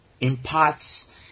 imparts